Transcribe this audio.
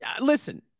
listen